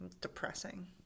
Depressing